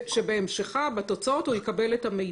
שבהמשכה, בתוצאות, הוא יקבל את המידע.